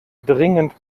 dringend